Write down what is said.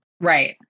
Right